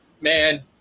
Man